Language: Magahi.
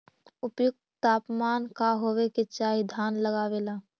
उपयुक्त तापमान का होबे के चाही धान लगावे ला?